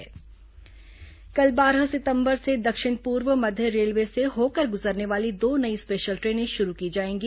द्रेन सुविधा कल बारह सितंबर से दक्षिण पूर्व मध्य रेलवे से होकर गुजरने वाली दो नई स्पेशल ट्रेनें शुरू की जाएंगी